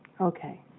Okay